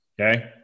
Okay